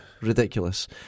ridiculous